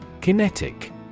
kinetic